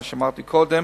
מה שאמרתי קודם,